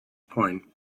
point